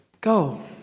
go